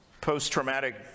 post-traumatic